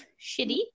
shitty